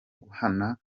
guhana